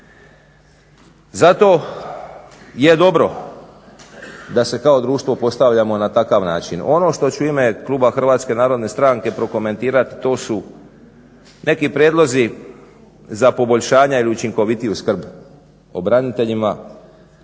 Zato je dobro da se kao društvo postavljamo na takav način. Ono što ću u ime kluba Hrvatske narodne stranke prokomentirati to su neki prijedlozi za poboljšanja i učinkovitiju skrb o braniteljima,